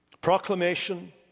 Proclamation